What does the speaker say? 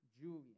Julian